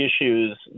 issues